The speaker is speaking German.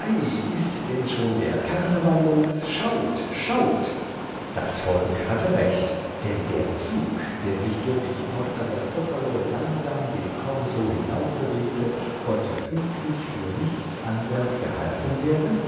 ist denn schon der karneval los schaut schaut das volk hatte recht denn der zug der sich durch die porta del popolo langsam den korso hinaufbewegte konnte füglich für nichts anders gehalten werden